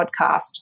podcast